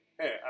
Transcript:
Hey